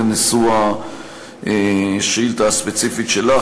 זה נשוא השאילתה הספציפית שלך.